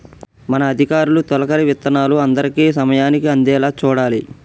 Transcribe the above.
మన అధికారులు తొలకరి విత్తనాలు అందరికీ సమయానికి అందేలా చూడాలి